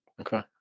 Okay